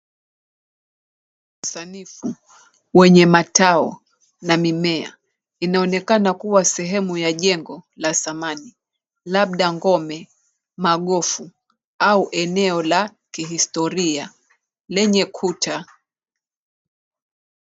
Sanifu wenye matao na mimea inaonekana kuwa sehemu ya jengo la zamani labda ngome, magofu au eneo la kihistoria lenye kuta.